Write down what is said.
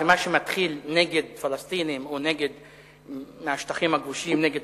שמה שמתחיל נגד פלסטינים או מהשטחים הכבושים נגד